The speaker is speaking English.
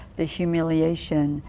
the humiliation,